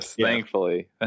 thankfully